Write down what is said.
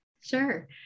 Sure